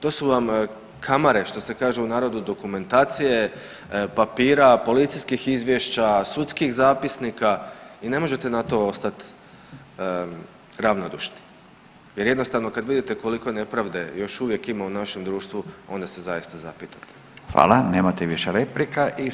To su vam kamare što se kaže u narodu dokumentacije, papira, policijskih izvješća, sudskih zapisnika i ne možete na to ostat ravnodušni jer jednostavno kad vidite koliko nepravde još uvijek ima u našem društvu onda se zaista zapitate.